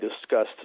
discussed